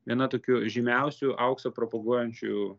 viena tokių žymiausių auksą propaguojančių